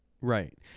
right